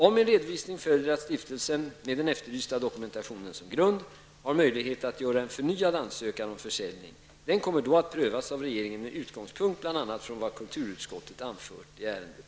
Av min redovisning följer att stiftelsen -- med den efterlysta dokumentationen som grund -- har möjlighet att göra en förnyad ansökan om försäljning. Den kommer då att prövas av regeringen med utgångspunkt bl.a. från vad kulturutskottet anfört i ärendet.